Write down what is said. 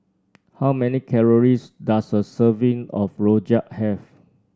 how many calories does a serving of Rojak have